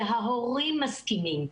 וההורים מסכימים,